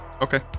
Okay